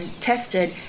tested